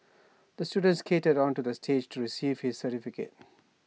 the student skated onto the stage to receive his certificate